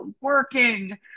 working